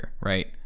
right